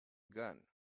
gun